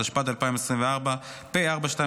התשפ"ד 2024 פ/4287/25,